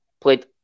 played